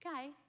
Okay